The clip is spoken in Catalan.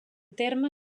terme